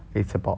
it's about